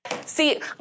See